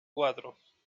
cuatro